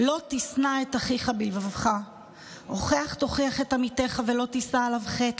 "לא תשנא את אחיך בלבבך הוכח תוכיח את עמיתך ולא תִשא עליו חטא.